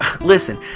Listen